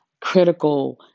critical